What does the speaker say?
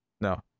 no